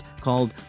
called